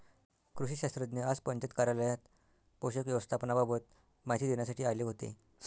कृषी शास्त्रज्ञ आज पंचायत कार्यालयात पोषक व्यवस्थापनाबाबत माहिती देण्यासाठी आले होते